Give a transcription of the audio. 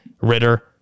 Ritter